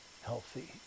healthy